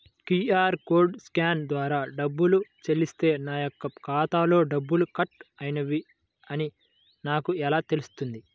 QR కోడ్ని scan ద్వారా డబ్బులు చెల్లిస్తే నా యొక్క ఖాతాలో డబ్బులు కట్ అయినవి అని నాకు ఎలా తెలుస్తుంది?